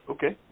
Okay